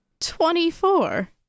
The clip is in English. Twenty-four